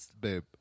Babe